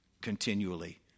continually